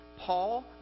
Paul